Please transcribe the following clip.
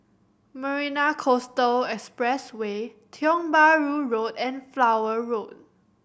Marina Coastal Expressway Tiong Bahru Road and Flower Road